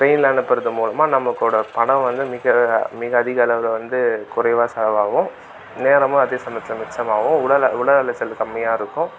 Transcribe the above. ட்ரெயின்ல அனுப்புகிறது மூலமாக நம்மக்கூட பணம் வந்து மிக மிக அதிக அளவில் வந்து குறைவாக செலவாகும் நேரமும் அதே சமயத்தில் மிச்சமாகும் உடல் அ உடல் அலைச்சல் கம்மியாக இருக்கும்